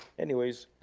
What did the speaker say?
anyways,